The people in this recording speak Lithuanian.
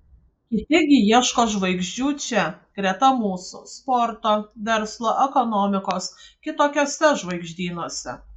kiti gi ieško žvaigždžių čia greta mūsų sporto verslo ekonomikos kitokiuose žvaigždynuose